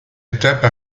étape